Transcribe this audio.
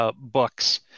Books